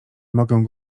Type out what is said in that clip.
mogę